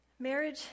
Marriage